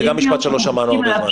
זה גם משפט שלא שמענו הרבה זמן.